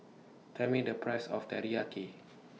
Tell Me The Price of Teriyaki